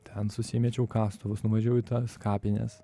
ten susimečiau kastuvus nuvažiavau į tas kapines